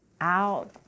out